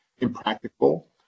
impractical